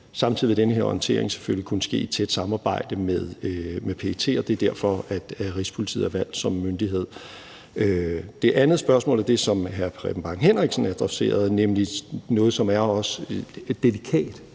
Samtidig vil den her håndtering selvfølgelig kunne ske i tæt samarbejde med PET, og det er derfor, at Rigspolitiet er valgt som myndighed. Det andet element er det, som hr. Preben Bang Henriksen adresserede, nemlig noget, som også er delikat,